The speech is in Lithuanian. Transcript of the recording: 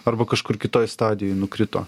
arba kažkur kitoj stadijoj nukrito